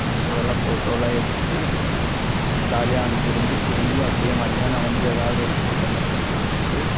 அதுகூடலாம் ஃபோட்டோலான் எடுத்துட்டு ஜாலியாக அங்கிருந்து திரும்பியும் அப்டேயே மத்தியானம் வந்து ஏதாவது ஒரு ஹோட்டலில் போய் சாப்பிட்டுட்டு